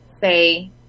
say